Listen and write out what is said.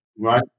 right